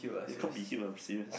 it'll can't be heal I'm serious